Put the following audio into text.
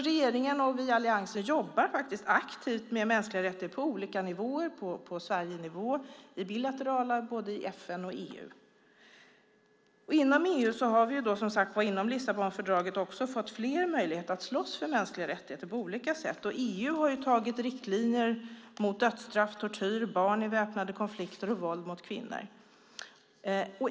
Regeringen och vi i Alliansen jobbar faktiskt aktivt med mänskliga rättigheter på olika nivåer, på Sverigenivå samt bilateralt i både FN och EU. Inom EU har vi som sagt genom Lissabonfördraget fått fler möjligheter att slåss för mänskliga rättigheter på olika sätt. Och EU har antagit riktlinjer mot dödsstraff, tortyr, barn i väpnade konflikter och våld mot kvinnor.